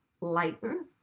lighten